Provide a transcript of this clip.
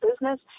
business